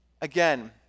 Again